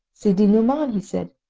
sidi-nouman, he said,